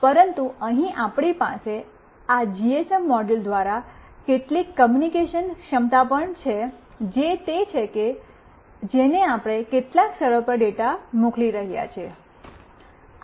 પરંતુ અહીં આપણી પાસે આ જીએસએમ મોડ્યુલ દ્વારા કેટલીક કૉમ્યૂનિકેશન ક્ષમતા પણ છે જે તે છે કે જેને આપણે કેટલાક સર્વર પર ડેટા મોકલી રહ્યા છીએ